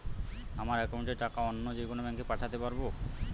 আমার একাউন্টের টাকা অন্য যেকোনো ব্যাঙ্কে পাঠাতে পারব?